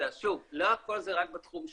שוב, לא הכול זה רק בתחום שלי.